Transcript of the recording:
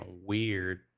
weird